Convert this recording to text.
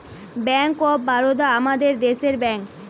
bank of Baroda আমাদের দেশের bank